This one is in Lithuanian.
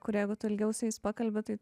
kurie jeigu tu ilgiau su jais pakalbėti tai